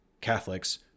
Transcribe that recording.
Catholics